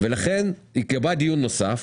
ייקבע דיון נוסף